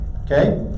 Okay